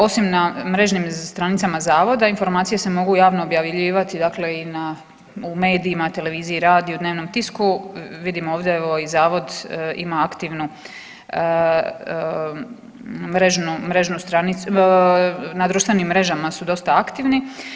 Osim na mrežnim stranicama zavoda informacije se mogu javno objavljivati dakle i na, u medijima, televiziji, radiju, dnevnom tisku, vidim ovdje evo i zavod ima aktivnu mrežnu, mrežu stranicu, na društvenim mrežama su dosta aktivni.